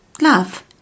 love